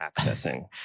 accessing